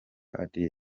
areshya